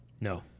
No